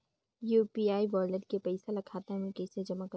UPI wallet के पईसा ल खाता मे कइसे जमा करव?